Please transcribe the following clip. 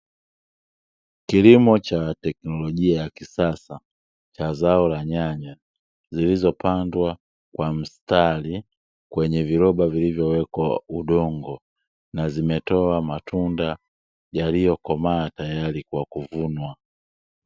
Kilimo cha teknologia ya kisasa cha zao la nyanya zilizopandwa kwa mstari kwenye viroba vilivyowekwa udongo na zimetoa matunda yaliyokomaa tayari kwa kuvunwa.